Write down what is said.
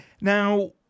Now